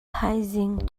thaizing